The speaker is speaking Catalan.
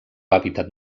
hàbitat